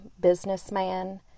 businessman